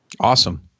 Awesome